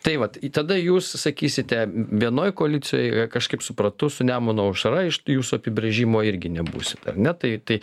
tai vat tada jūs sakysite vienoj koalicijoj kažkaip suprantu su nemuno aušra iš tų jūsų apibrėžimo irgi nebūsit ar ne tai tai